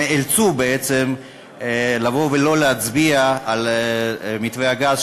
נאלצו בעצם לבוא ולא להצביע על מתווה הגז,